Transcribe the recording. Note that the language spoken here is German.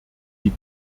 die